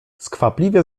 skwapliwie